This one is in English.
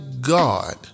god